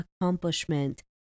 accomplishment